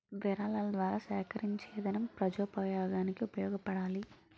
విరాళాల ద్వారా సేకరించేదనం ప్రజోపయోగానికి ఉపయోగపడాలి